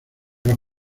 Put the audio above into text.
los